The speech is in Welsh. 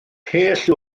pell